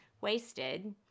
wasted